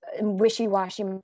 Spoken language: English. wishy-washy